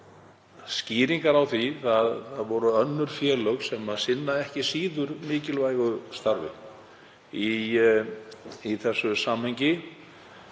skýringar á því hvað verður um önnur félög sem sinna ekki síður mikilvægu starfi í þessu samhengi,